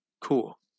cool